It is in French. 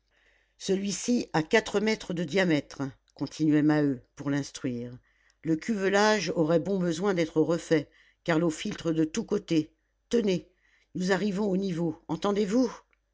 celui-ci a quatre mètres de diamètre continuait maheu pour l'instruire le cuvelage aurait bon besoin d'être refait car l'eau filtre de tous côtés tenez nous arrivons au niveau entendez-vous